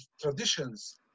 traditions